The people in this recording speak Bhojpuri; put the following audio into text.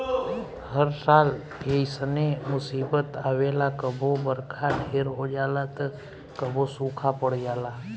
हर साल ऐइसने मुसीबत आवेला कबो बरखा ढेर हो जाला त कबो सूखा पड़ जाला